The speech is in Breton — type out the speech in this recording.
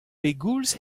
pegoulz